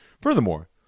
Furthermore